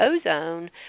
ozone